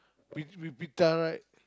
with with pita right